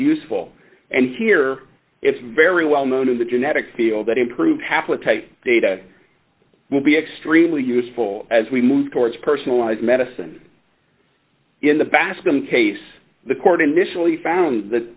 useful and here it's very well known in the genetics feel that improved haplotype data will be extremely useful as we move towards personalized medicine in the bascom case the court initially found that